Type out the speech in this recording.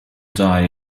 die